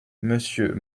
monsieur